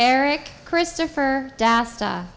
eric christopher das